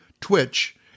Twitch